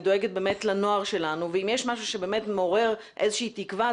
אני דואגת באמת לנוער שלנו ואם יש משהו שבאמת מעורר איזושהי תקווה,